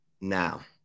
now